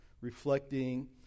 reflecting